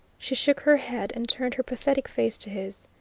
she shook her head and turned her pathetic face to his.